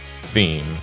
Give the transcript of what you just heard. theme